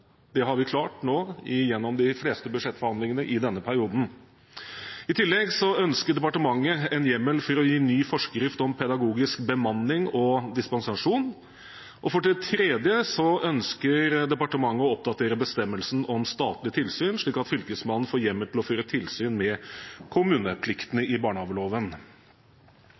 måned, har vi klart gjennom de fleste budsjettforhandlingene i denne perioden. I tillegg ønsker departementet en hjemmel for å gi ny forskrift om pedagogisk bemanning og dispensasjon. Og for det tredje ønsker departementet å oppdatere bestemmelsen om statlige tilsyn, slik at fylkesmannen får hjemmel til å føre tilsyn med kommunepliktene i barnehageloven.